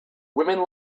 women